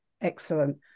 excellent